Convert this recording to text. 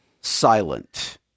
silent